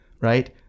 right